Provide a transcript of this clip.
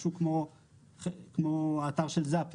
משהו כמו האתר של אפ,